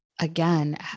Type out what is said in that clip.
again